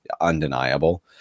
undeniable